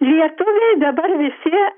lietuviai dabar visi